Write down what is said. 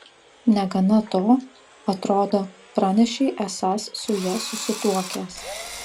negana to atrodo pranešei esąs su ja susituokęs